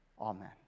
Amen